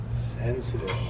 sensitive